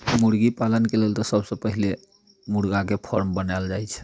मुर्गीपालनके लेल तऽ सबसँ पहिले मुर्गाके फॉर्म बनायल जाइत छै